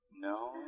No